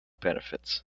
benefits